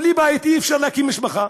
בלי בית אי-אפשר להקים משפחה,